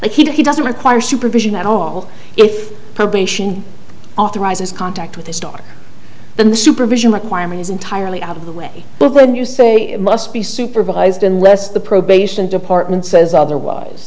if he doesn't require supervision at all if probation authorizes contact with his daughter then the supervision requirement is entirely out of the way but when you say must be supervised unless the probation department says otherwise